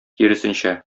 киресенчә